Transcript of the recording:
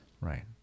Right